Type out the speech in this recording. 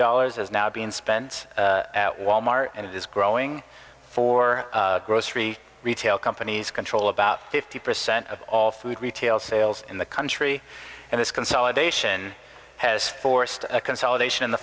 dollars is now being spent at wal mart and it is growing for grocery retail companies control about fifty percent of all food retail sales in the country and this consolidation has forced a consolidation in the